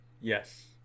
Yes